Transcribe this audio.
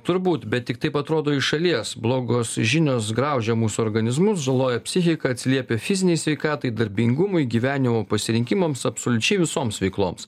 turbūt bet tik taip atrodo iš šalies blogos žinios graužia mūsų organizmus žaloja psichiką atsiliepia fizinei sveikatai darbingumui gyvenimo pasirinkimams absoliučiai visoms veikloms